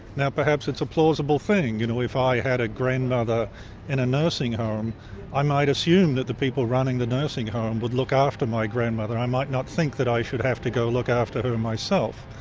now perhaps it's a plausible thing, you know if i had a grandmother in a nursing home i might assume that the people running the nursing home would look after my grandmother i might not think that i should have to go look after her myself.